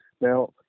Now